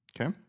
Okay